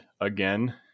again